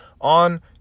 on